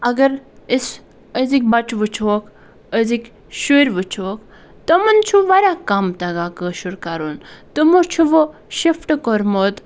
اگر أسۍ أزِکۍ بَچہٕ وٕچھوکھ أزِکۍ شُرۍ وٕچھوکھ تِمَن چھُ واریاہ کَم تَگان کٲشُر کَرُن تِمو چھُ وۄنۍ شِفٹ کوٚرمُت